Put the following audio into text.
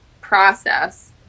process